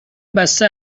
بسته